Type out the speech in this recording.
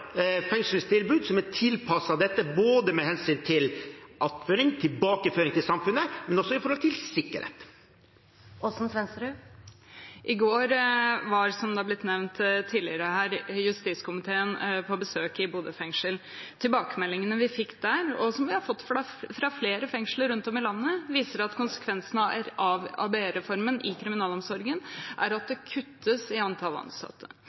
fengselstilbud som er tilpasset dette, både med hensyn til attføring, tilbakeføring til samfunnet, og med hensyn til sikkerhet. I går var, som tidligere nevnt her, justiskomiteen på besøk i Bodø fengsel. Tilbakemeldingene vi fikk der – og som vi har fått fra flere fengsler rundt om i landet – viser at konsekvensene av ABE-reformen i kriminalomsorgen er at det kuttes i antall ansatte.